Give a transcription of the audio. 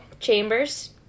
Chambers